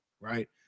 right